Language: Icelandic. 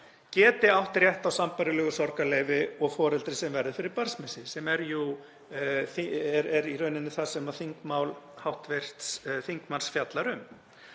geti átt rétt á sambærilegu sorgarleyfi og foreldri sem verður fyrir barnsmissi, sem er í rauninni það sem þingmál hv. þingmanns fjallar um.